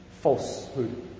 falsehood